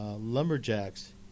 Lumberjacks